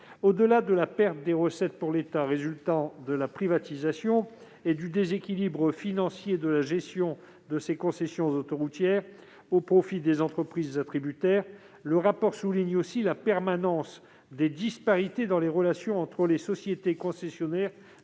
Au-delà de la perte des recettes résultant, pour l'État, de la privatisation et du déséquilibre financier de la gestion de ces concessions autoroutières au profit des entreprises attributaires, le rapport souligne aussi la permanence des disparités dans les relations entre les sociétés concessionnaires